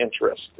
interest